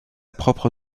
propre